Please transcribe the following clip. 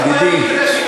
ידידי,